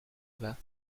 bas